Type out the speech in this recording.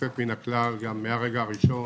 יוצאת מן הכלל מהרגע הראשון,